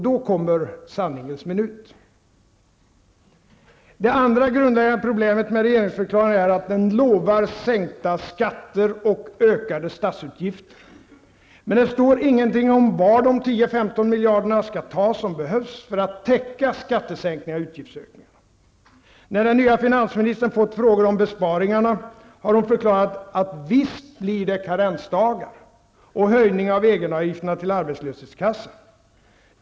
Då kommer sanningens minut. Det andra grundläggande problemet med regeringsförklaringen är att den lovar sänkta skatter och ökade statsutgifter. Men det står ingenting om var de 10--15 miljarderna skall tas som behövs för att täcka skattesänkningarna och utgiftsökningarna. När den nya finansministern fått frågor om besparingarna har hon förklarat, att visst blir det karensdagar och höjning av egenavgifterna till arbetslöshetskassan.